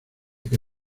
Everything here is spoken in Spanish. que